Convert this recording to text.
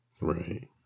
Right